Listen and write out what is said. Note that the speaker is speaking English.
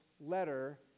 letter